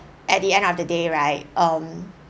at the end of the day right um